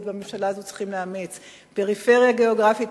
והממשלה הזאת צריכים לאמץ: פריפריה גיאוגרפית,